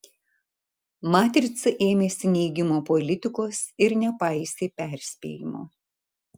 matrica ėmėsi neigimo politikos ir nepaisė perspėjimo